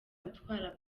gutwara